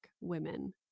women